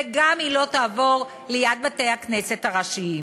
והיא גם לא תעבור ליד בתי-הכנסת הראשיים.